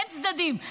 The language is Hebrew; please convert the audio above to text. אין צדדים,